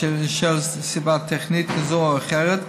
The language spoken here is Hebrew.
בשל סיבה טכנית זו או אחרת,